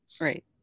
Right